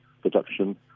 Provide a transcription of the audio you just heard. production